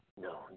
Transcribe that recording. No